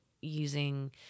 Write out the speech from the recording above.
using